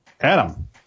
adam